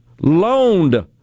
loaned